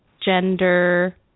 gender